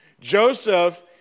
Joseph